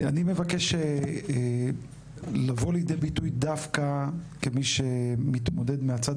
אני מבקש לבוא לידי ביטוי דווקא כמי שמתמודד מהצד